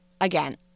again